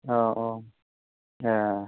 औ औ ए